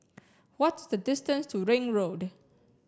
what is the distance to Ring Road